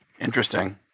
Interesting